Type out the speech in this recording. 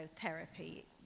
therapy